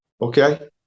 Okay